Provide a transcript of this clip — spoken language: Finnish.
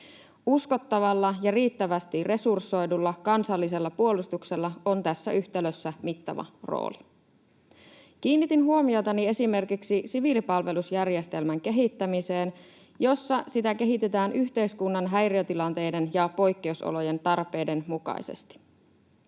Uskottavalla ja riittävästi resursoidulla kansallisella puolustuksella on tässä yhtälössä mittava rooli. Kiinnitin huomiotani esimerkiksi siviilipalvelusjärjestelmän kehittämiseen, jossa sitä kehitetään yhteiskunnan häiriötilanteiden ja poikkeusolojen tarpeiden mukaisesti.